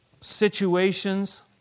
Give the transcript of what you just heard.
situations